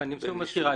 אני שוב מזכיר,